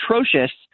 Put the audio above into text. atrocious